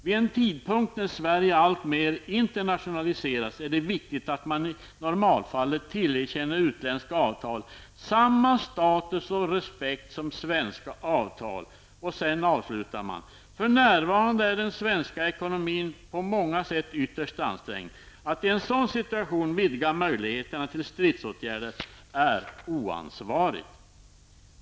Vid en tidpunkt när Sverige alltmer internationaliseras är det viktigt att man i normalfall tillerkänner utländska avtal samma status och respekt som svenska avtal.'' Kommunförbundet avslutar på följande sätt: ''För närvarande är den svenska ekonomin på många sätt ytterst ansträngd. Att i en sådan situation vidga möjligheterna till stridsåtgärder är oansvarigt.''